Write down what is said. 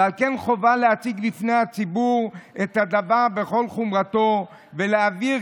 ועל כן חובה להציג בפני הציבור את הדבר בכל חומרתו ולהבהיר